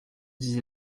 disait